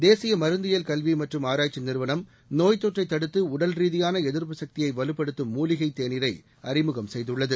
தேசிய மருந்தியல் கல்வி மற்றும் ஆராய்ச்சி நிறுவனம் நோய்த் தொற்றை தடுத்து உடல்ரீதியான எதிர்ப்பு சக்தியை வலுப்படுத்தும் மூலிகைத் தேநீரை அறிமுகம் செய்துள்ளது